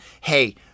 hey